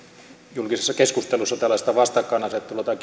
julkisessa keskustelussa tällaista vastakkainasettelua tai